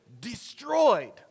destroyed